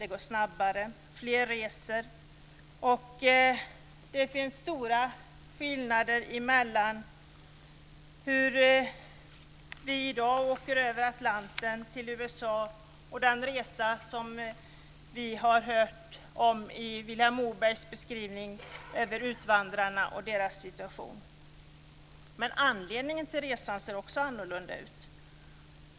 Det går snabbare och det är fler som reser. Det finns stora skillnader mellan hur vi i dag åker över Atlanten till USA och den resa som vi har hört om i Vilhelm Mobergs beskrivning av utvandrarna och deras situation. Men anledningen till resan är också annorlunda.